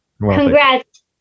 congrats